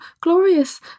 glorious